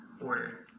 Order